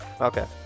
Okay